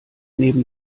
neben